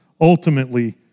Ultimately